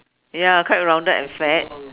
ya quite rounded and fat